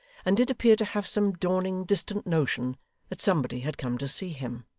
and did appear to have some dawning distant notion that somebody had come to see him.